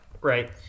Right